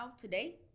today